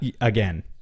again